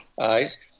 eyes